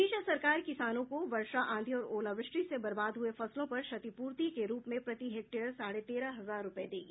प्रदेश सरकार किसानों को वर्षा आंधी और ओलावृष्टि से बरबाद हुए फसलों पर क्षतिपूर्ति के रूप में प्रति हेक्टेयर साढ़े तेरह हजार रूपये देगी